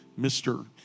Mr